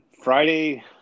Friday